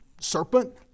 Serpent